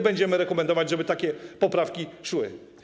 Będziemy rekomendować, żeby takie poprawki szły.